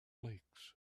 lakes